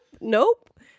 nope